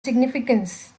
significance